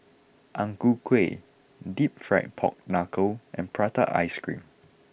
Ang Ku Kueh Deep Fried Pork Knuckle and Prata Ice Cream